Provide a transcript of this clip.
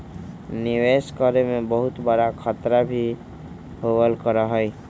निवेश करे में बहुत बडा खतरा भी होबल करा हई